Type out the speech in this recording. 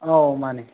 ꯑꯧ ꯃꯥꯅꯦ